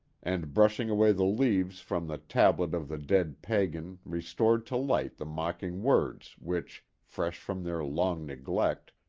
and brushing away the leaves from the tablet of the dead pagan restored to light the mocking words which, fresh from their long neglect,